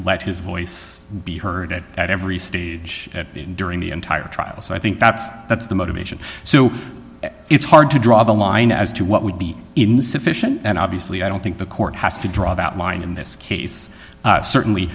let his voice be heard it at every stage during the entire trial so i think that's that's the motivation so it's hard to draw the line as to what would be insufficient and obviously i don't think the court has to draw that line in this case certainly